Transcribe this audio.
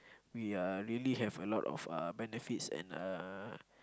we are really have a lot of uh benefits and uh